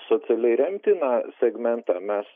socialiai remtiną segmentą mes